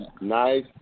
Nice